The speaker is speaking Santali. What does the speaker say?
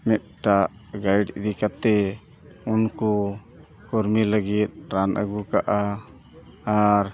ᱢᱤᱫᱴᱟᱜ ᱜᱟᱹᱭᱤᱰ ᱤᱫᱤ ᱠᱟᱛᱮᱫ ᱩᱱᱠᱩ ᱠᱚᱨᱢᱤ ᱞᱟᱹᱜᱤᱫ ᱨᱟᱱ ᱟᱹᱜᱩ ᱠᱟᱜᱼᱟ ᱟᱨ